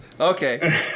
Okay